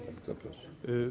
Bardzo proszę.